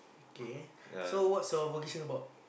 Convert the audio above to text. okay so what's your vocation about